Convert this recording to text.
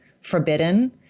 forbidden